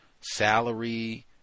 salary